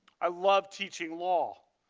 i love teaching law.